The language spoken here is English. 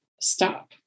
Stop